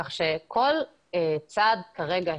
כך שכל צעד כרגע